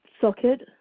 socket